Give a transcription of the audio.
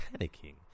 panicking